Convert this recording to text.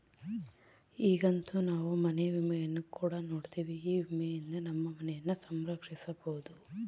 ಈಗಂತೂ ನಾವು ಮನೆ ವಿಮೆಯನ್ನು ಕೂಡ ನೋಡ್ತಿವಿ, ಈ ವಿಮೆಯಿಂದ ನಮ್ಮ ಮನೆಯನ್ನ ಸಂರಕ್ಷಿಸಬೊದು